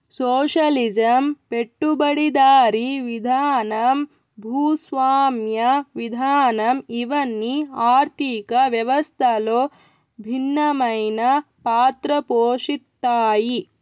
socialism పెట్టుబడిదారీ విధానం భూస్వామ్య విధానం ఇవన్ని ఆర్థిక వ్యవస్థలో భిన్నమైన పాత్ర పోషిత్తాయి